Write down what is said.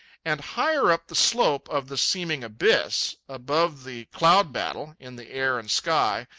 and higher up the slope of the seeming abyss, above the cloud-battle, in the air and sky,